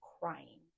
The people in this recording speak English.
crying